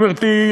גברתי,